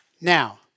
Now